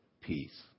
peace